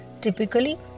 Typically